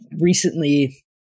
recently